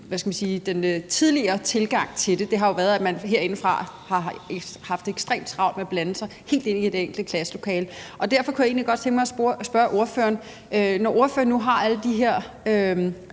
det, der har været den tidligere tilgang. Det har jo været, at man herindefra har haft ekstremt travlt med at blande sig helt ind i det enkelte klasselokale. Derfor kunne jeg egentlig godt tænke mig at spørge ordføreren: Når ordføreren nu har alle de her